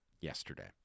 yesterday